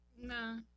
No